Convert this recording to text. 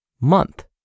month